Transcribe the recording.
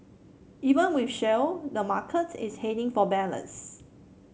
even with shale the market is heading for balance